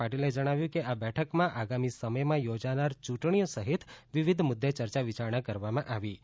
પાટીલે જણાવ્યું કે આ બેઠકમાં આજે આગામી સમયમાં યોજાનાર યૂંટણીઓ સહિત વિવિધ મુદ્દે ચર્ચા વિચારણા કરવામાં આવી હતી